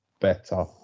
better